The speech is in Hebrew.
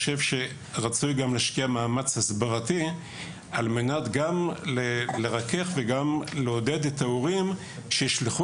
שרצוי להשקיע מאמץ הסברתי על מנת לרכך ולעודד את ההורים שישלחו